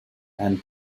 and